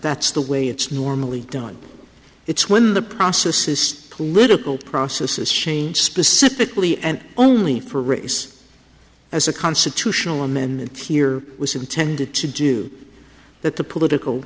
that's the way it's normally done it's when the process is political processes change specifically and only for race as a constitutional amendment here was intended to do that the political